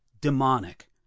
demonic